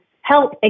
help